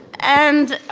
and